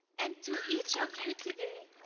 and to each of you today,